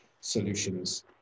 solutions